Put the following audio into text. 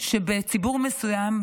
שבציבור מסוים,